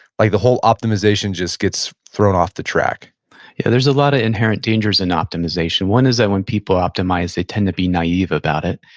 like the whole optimization just gets thrown off the track yeah, there's a lot of ah inherent dangers in optimization. one is that when people optimize, they tend to be naive about it.